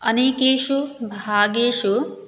अनेकेषु भागेषु